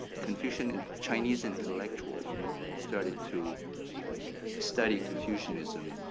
confucian in chinese intellectuals started to study confucianism,